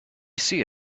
see